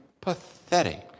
Pathetic